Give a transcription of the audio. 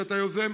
שאתה יוזם,